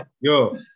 Yo